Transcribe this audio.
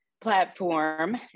platform